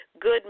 good